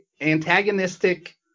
antagonistic